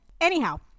Anyhow